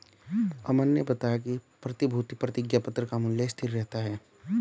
अमन ने बताया कि प्रतिभूति प्रतिज्ञापत्र का मूल्य स्थिर रहता है